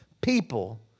people